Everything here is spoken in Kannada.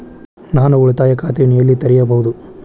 ನಾನು ಉಳಿತಾಯ ಖಾತೆಯನ್ನು ಎಲ್ಲಿ ತೆರೆಯಬಹುದು?